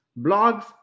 blogs